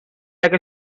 like